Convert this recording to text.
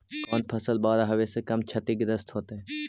कौन फसल बाढ़ आवे से कम छतिग्रस्त होतइ?